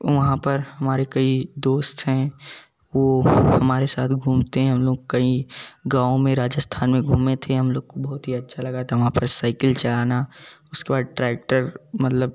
वहाँ पर हमारे कई दोस्त है वो हमारे साथ घूमते है हम लोग कई गाँव में राजस्थान में घुमे थे हम लोग बहुत ही अच्छा लगा था वहाँ पर साइकिल चलाना उसके बाद ट्रेक्टर मतलब